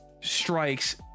strikes